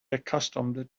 accustomed